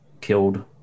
killed